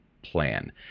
plan